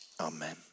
Amen